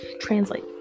translate